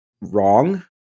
wrong